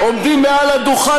עליהם.